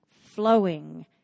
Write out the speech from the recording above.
flowing